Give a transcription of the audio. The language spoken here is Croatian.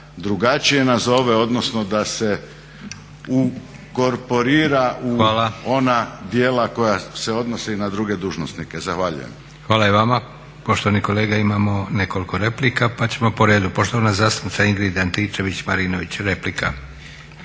drugačije nazove, odnosno da se ukorporira u ona djela koja se odnose i na druge dužnosnike. Zahvaljujem. **Leko, Josip (SDP)** Hvala i vama. Poštovani kolega imao nekoliko replika, pa ćemo po redu. Poštovana zastupnica Ingrid Antičević-Marinović replika.